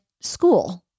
school